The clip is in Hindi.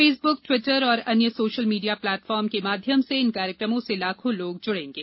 फेसब्रक टिवटर और अन्य सोशल मीडिया प्लेटफॉर्म के माध्यम से इन कार्यक्रमों से लाखों लोग जुड़ेंगे